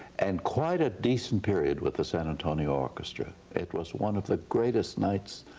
and quite a decent period with the san antonio orchestra. it was one of the greatest nights,